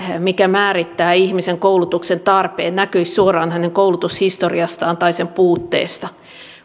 mikä määrittää ihmisen koulutuksen tarpeen näkyisi suoraan hänen koulutushistoriastaan tai sen puutteesta